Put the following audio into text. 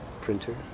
printer